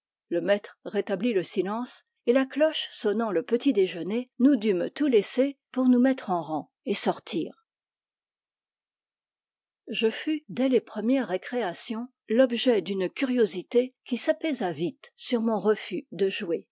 le maître rétablit le silence et la cloche sonnant le petit déjeuner nous dûmes tout laisser pour nous mettre en rang et sortir je fus dès les premières récréations l'objet d'une curiosité qui s'apaisa vite sur mon refus de jouer